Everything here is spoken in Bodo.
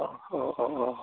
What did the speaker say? औ औ औ